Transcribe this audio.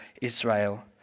Israel